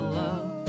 love